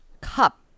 cup